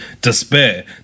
despair